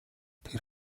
тэр